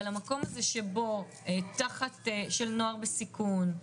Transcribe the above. אבל המקום0 הזה של תחת נוער בסיכון,